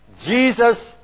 Jesus